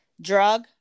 drug